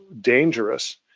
dangerous